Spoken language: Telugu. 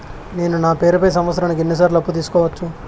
నేను నా పేరుపై సంవత్సరానికి ఎన్ని సార్లు అప్పు తీసుకోవచ్చు?